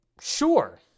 Sure